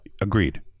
Agreed